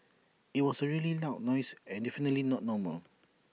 IT was A really loud noise and definitely not normal